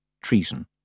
Treason